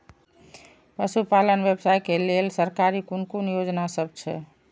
पशु पालन व्यवसाय के लेल सरकारी कुन कुन योजना सब छै?